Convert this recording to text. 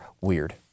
Weird